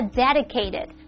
dedicated